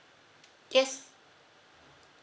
yes